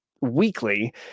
weekly